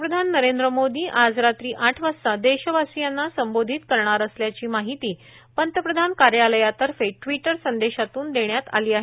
पंतप्रधान नरेंद्र मोदी आज रात्री आठ वाजता देशवासियांना संबोधित करणार असल्याची माहिती पंतप्रधान कार्यालयातर्फे ट्विटर संदेशातून देण्यात आली आहे